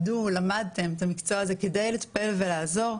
למדתם את המקצוע הזה כדי לטפל ולעזור.